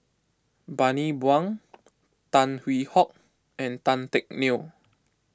Bani Buang Tan Hwee Hock and Tan Teck Neo